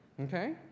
Okay